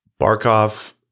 Barkov